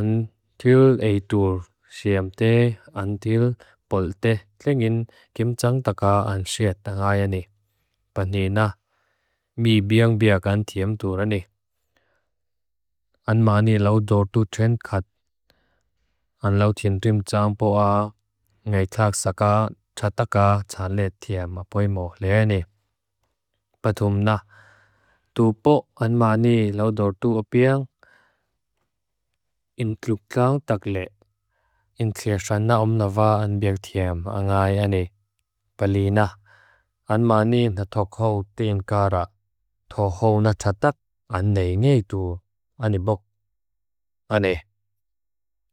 until ei tur siem te. Until pol te tling in kim jang taka. An siet tang ayani. Pane na. Mee biang biak an tiem turani. An ma ni lau dor tu tiong kat. An lau tien rim jang po a. Ngay tak saka tak taka tan le tiem apoi mo le ani patum na. Tu pok an ma ni lau dor tu opiang. In tluk lang tak le. In tia san na om na va an biak tiem ang ay ani pali na. An ma ni na tok hov ting karak. Tok hov na tak tak. An nei ngei tu ani bok. An nei.